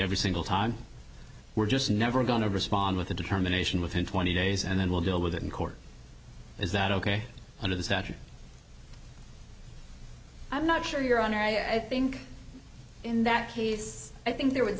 every single time we're just never going to respond with a determination within twenty days and then we'll deal with it in court is that ok under the statute i'm not sure your honor i think in that case i think there would